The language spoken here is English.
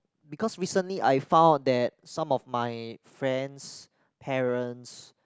because recently I found that some of my friends parents